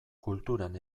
kulturan